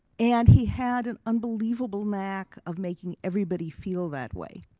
and he had an unbelievable knack of making everybody feel that way.